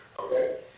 okay